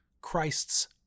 Christ's